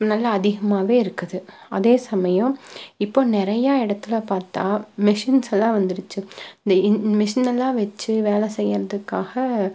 நல்ல அதிகமாக இருக்குது அதே சமயம் இப்போது நிறைய இடத்துல பார்த்தா மெஷின்ஸ் எல்லாம் வந்துடுச்சு இந்த மெஷின் எல்லாம் வச்சி வேலை செய்கிறதுக்காக